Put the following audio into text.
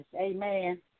Amen